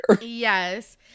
yes